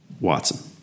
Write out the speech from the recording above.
Watson